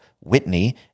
Whitney